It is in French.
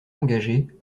engagée